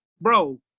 bro